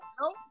No